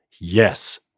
Yes